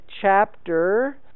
chapter